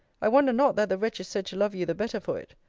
i wonder not that the wretch is said to love you the better for it.